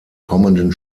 kommenden